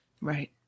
Right